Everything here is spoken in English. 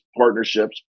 partnerships